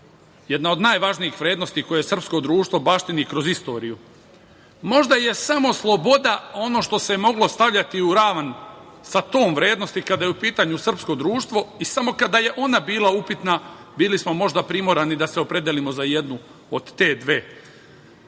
jedna od najvažnijih vrednosti koje srpsko društvo baštini kroz istoriju. Možda je samo sloboda ono što se moglo stavljati u ravan sa tom vrednosti, kada je u pitanju srpsko društvo, i samo kada je ona bila upitna, bili smo možda primorani da se opredelimo za jednu od te dve.